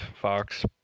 Fox